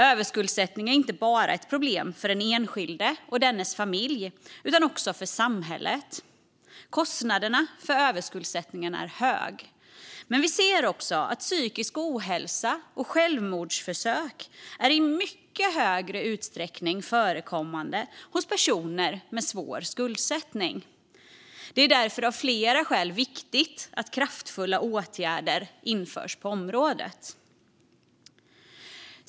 Överskuldsättning är inte bara ett problem för den enskilde och dennes familj utan också för samhället. Kostnaderna för överskuldsättningen är hög, men vi ser också att psykisk ohälsa och självmordsförsök förekommer i mycket högre utsträckning hos personer med svår skuldsättning. Det är av flera skäl därför viktigt att kraftfulla åtgärder införs på området.